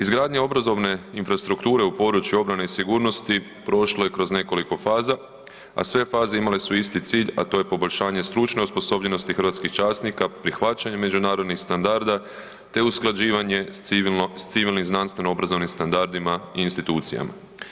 Izgradnja obrazovne infrastrukture u području obrane i sigurnosti prošlo je kroz nekoliko faza, a sve faze imale su isti cilj, a to je poboljšanje stručne osposobljenosti hrvatskih časnika, prihvaćanje međunarodnih standarda te usklađivanje s civilnim znanstveno-obrazovnim standardima i institucijama.